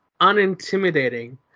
unintimidating